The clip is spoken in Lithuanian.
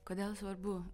kodėl svarbu